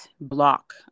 block